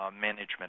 management